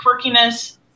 quirkiness